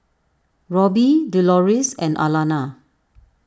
Robbie Deloris and Alana